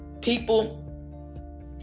people